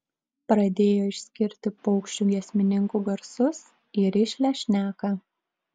pradėjo išskirti paukščių giesmininkų garsus į rišlią šneką